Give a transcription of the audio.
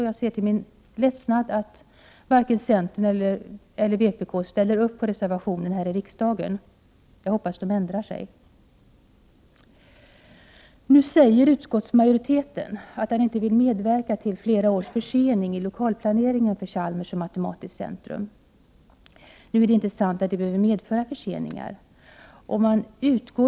Jag ser till min ledsnad att varken centern eller vpk ställer upp på reservationen här i riksdagen. Jag hoppas att de ändrar sig. Nu säger utskottsmajoriteten att den inte vill medverka till flera års försening i lokalplaneringen för Chalmers och matematiskt centrum. Det är inte sant att en annan placering behöver medföra förseningar.